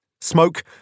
Smoke